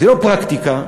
ולא פרקטיקה.